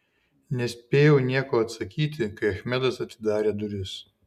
nespėjau nieko atsakyti kai achmedas atidarė duris